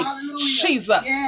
Jesus